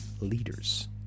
leaders